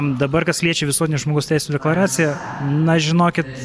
dabar kas liečia visuotinę žmogaus teisių deklaraciją na žinokit